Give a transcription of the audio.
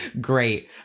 Great